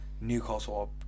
Newcastle